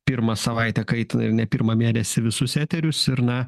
pirmą savaitę kaitina ir ne pirmą mėnesį visus eterius ir na